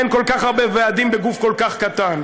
אין כל כך הרבה ועדים בגוף כל כך קטן.